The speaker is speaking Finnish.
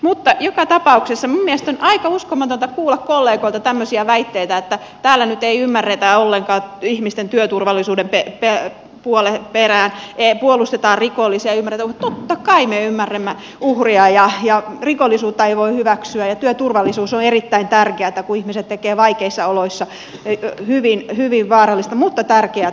mutta joka tapauksessa minun mielestäni on aika uskomatonta kuulla kollegoilta tämmöisiä väitteitä että täällä nyt ei ymmärretä ollenkaan ihmisten työturvallisuuden perään puolustetaan rikollisia ei ymmärretä mutta totta kai me ymmärrämme uhria ja rikollisuutta ei voi hyväksyä ja työturvallisuus on erittäin tärkeätä kun ihmiset tekevät vaikeissa oloissa hyvin vaarallista mutta tärkeätä työtä